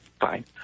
Fine